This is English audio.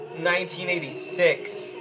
1986